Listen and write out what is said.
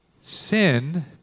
Sin